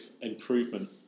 improvement